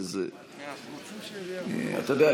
אתה יודע,